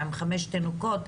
עם חמישה תינוקות,